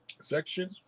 section